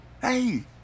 Hey